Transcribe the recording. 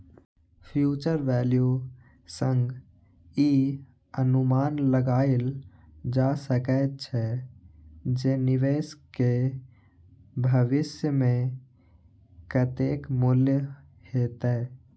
future value सं ई अनुमान लगाएल जा सकै छै, जे निवेश के भविष्य मे कतेक मूल्य हेतै